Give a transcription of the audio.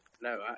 No